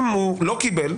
אם הוא לא קיבל,